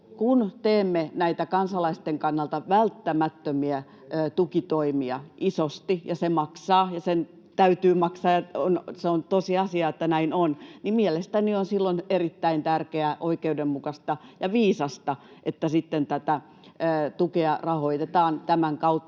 Kun teemme näitä kansalaisten kannalta välttämättömiä tukitoimia isosti ja se maksaa — ja sen täytyy maksaa, ja se on tosiasia, että näin on — niin mielestäni on silloin erittäin tärkeää, oikeudenmukaista ja viisasta, että sitten tätä tukea rahoitetaan tämän kautta,